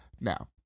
Now